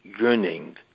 yearning